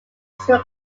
extra